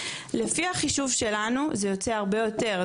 לפי החישוב שלנו זה יוצא הרבה יותר,